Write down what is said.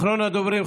אחרון הדוברים,